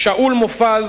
שאול מופז,